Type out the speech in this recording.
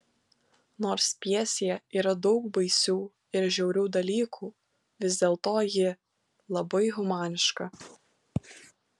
nors pjesėje yra daug baisių ir žiaurių dalykų vis dėlto ji labai humaniška